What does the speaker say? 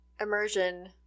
immersion